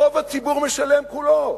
רוב הציבור משלם, כולו.